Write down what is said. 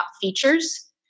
features